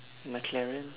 mclaren